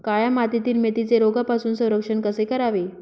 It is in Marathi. काळ्या मातीतील मेथीचे रोगापासून संरक्षण कसे करावे?